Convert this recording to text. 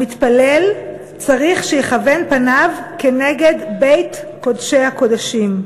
המתפלל צריך שיכוון פניו כנגד בית קודשי הקודשים.